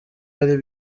hari